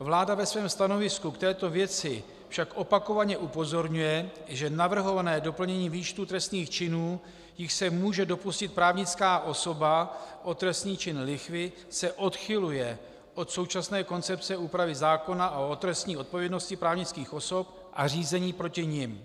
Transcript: Vláda však ve svém stanovisku k této věci však opakovaně upozorňuje, že navrhované doplnění výčtu trestných činů, jichž se může dopustit právnická osoba, o trestný čin lichvy se odchyluje od současné koncepce úpravy zákona o trestní odpovědnosti právnických osob a řízení proti nim.